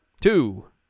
two